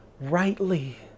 rightly